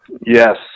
Yes